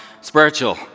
spiritual